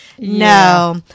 no